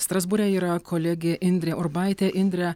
strasbūre yra kolegė indrė urbaitė indre